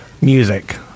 music